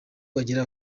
bagira